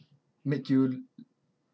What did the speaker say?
make you